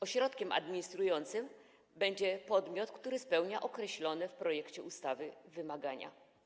Ośrodkiem administrującym będzie podmiot, który spełnia określone w projekcie ustawy wymagania.